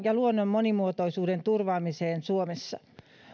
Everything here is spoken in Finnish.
ja luonnon monimuotoisuuden turvaamiseen suomessa